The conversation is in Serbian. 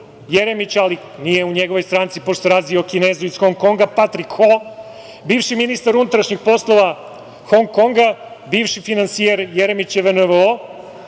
Jeremića, ali nije u njegovoj stranci, pošto se radi o Kinezu iz Hong Konga, Patrik Ho, bivši ministar unutrašnjih poslova Hong Konga, bivši finansijer Jeremićeve NVO,